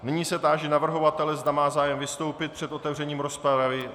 Nyní se táži navrhovatele, zda má zájem vystoupit před otevřením rozpravy.